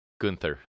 Gunther